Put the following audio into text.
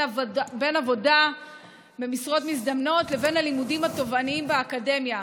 עבודה במשרות מזדמנות לבין הלימודים התובעניים באקדמיה.